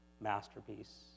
masterpiece